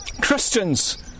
Christians